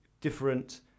different